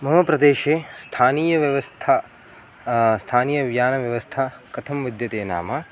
मम प्रदेशे स्थानीयव्यवस्था स्थानीययानव्यवस्था कथं विद्यते नाम